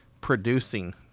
producing